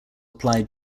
apply